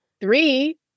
three